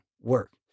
work